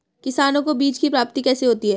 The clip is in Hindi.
किसानों को बीज की प्राप्ति कैसे होती है?